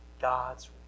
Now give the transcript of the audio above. God's